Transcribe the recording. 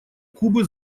кубы